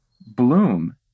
bloom